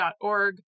org